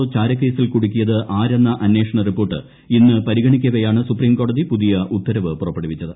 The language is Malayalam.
ഒ ചാരക്കേസിൽ കുടുക്കിയ്ക്ക് ആരെന്ന അന്വേഷണ റിപ്പോർട്ട് ഇന്ന് പരിഗണിക്കവെയാണ് സ്ക്രിപ്രീം കോടതി പുതിയ ഉത്തരവ് പുറപ്പെടുവിച്ചത്